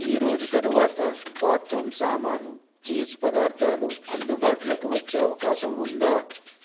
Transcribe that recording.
ఈరోజు తరువాత బాత్రూమ్ సామాను చీజ్ పదార్థాలు అందుబాటులోకి వచ్చే అవకాశం ఉందా